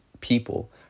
people